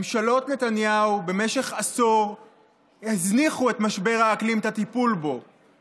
ממשלות נתניהו במשך עשור הזניחו את הטיפול במשבר האקלים.